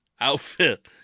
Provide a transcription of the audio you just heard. outfit